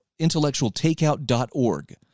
intellectualtakeout.org